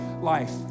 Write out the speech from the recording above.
life